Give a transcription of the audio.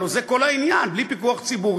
הלוא זה כל העניין: בלי פיקוח ציבורי,